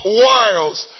wiles